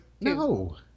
no